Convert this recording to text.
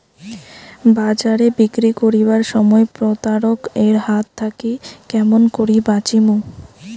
বাজারে বিক্রি করিবার সময় প্রতারক এর হাত থাকি কেমন করি বাঁচিমু?